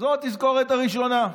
זו התזכורת הראשונה.